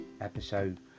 episode